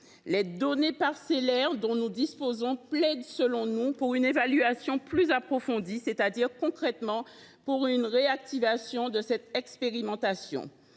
Les données parcellaires dont nous disposons plaident selon nous pour une évaluation plus approfondie, c’est à dire, concrètement, pour une réactivation de cette expérimentation.